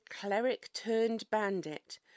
cleric-turned-bandit